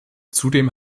zudem